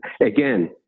again